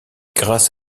grâce